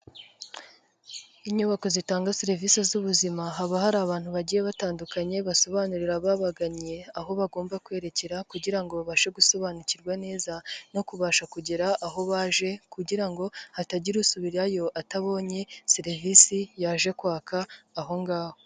Inyubako zitanga serivisi z'ubuzima haba hari abantu bagiye batandukanye basobanurira ababagannye aho bagomba kwerekera, kugira ngo babashe gusobanukirwa neza no kubasha kugera aho baje kugira ngo hatagira usubirayo atabonye serivisi yaje kwaka aho ngaho.